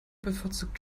bevorzugt